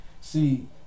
see